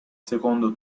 secondo